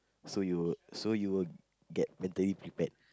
so you'll so you'll get mentally prepared